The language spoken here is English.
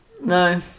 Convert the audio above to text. No